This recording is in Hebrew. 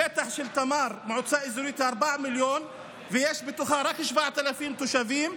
השטח של מועצה אזורית תמר הוא 4 מיליון ויש בתוכה רק 7,000 תושבים,